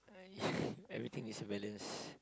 everything is a balance